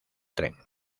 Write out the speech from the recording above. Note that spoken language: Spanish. tren